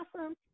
awesome